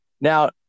Now